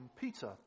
Peter